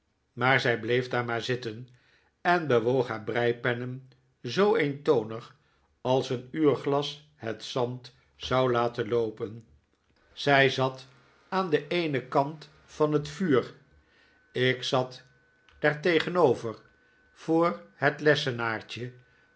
maar zij bleef daar maar zitten en bewoog haar breipennen zoo eentonig als een uurglas het zand zou laten loopen zij zat aan den eenen kant van het david copperfield vuur ik zat daartegenover voor het lessenaartje